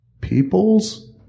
people's